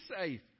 safe